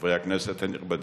חברי הכנסת הנכבדים,